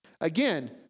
Again